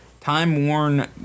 Time-worn